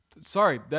Sorry